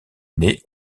née